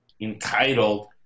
entitled